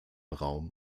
raum